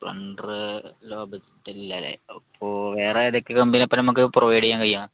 Splendor low budget അല്ല അല്ലേ അപ്പോൾ വേറെ ഏതൊക്കെ കമ്പനിയുടെ അപ്പോൾ നമുക്ക് പ്രൊവൈഡ് ചെയ്യാൻ കഴിയും